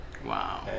Wow